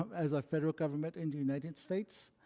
as a federal government in the united states.